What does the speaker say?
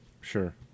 Sure